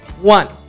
one